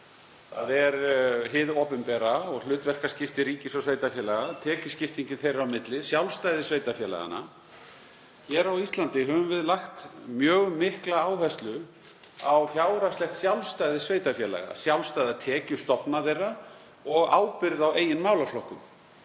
þ.e. hið opinbera og hlutverkaskipti ríkis og sveitarfélaga, tekjuskiptingin þeirra á milli, sjálfstæði sveitarfélaganna. Hér á Íslandi höfum við lagt mjög mikla áherslu á fjárhagslegt sjálfstæði sveitarfélaga, sjálfstæða tekjustofna þeirra og ábyrgð á eigin málaflokkum.